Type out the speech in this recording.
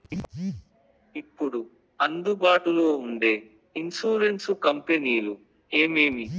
ఇప్పుడు అందుబాటులో ఉండే ఇన్సూరెన్సు కంపెనీలు ఏమేమి?